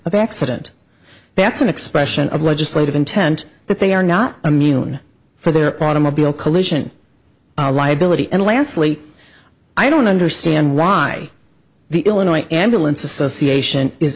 of accident that's an expression of legislative intent but they are not immune for their automobile collision liability and lastly i don't understand why the illinois ambulance association is